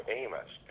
amos